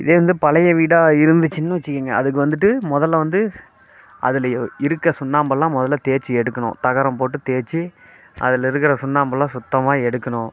இதே வந்து பழைய வீடாக இருந்துச்சுன்னு வெச்சுக்குங்க அதுக்கு வந்துட்டு முதல்ல வந்து ஸ் அதில் இருக்க சுண்ணாம்பெல்லாம் முதல்ல தேய்ச்சி எடுக்கணும் தகரம் போட்டு தேய்ச்சி அதில் இருக்கிற சுண்ணாம்பெல்லாம் சுத்தமாக எடுக்கணும்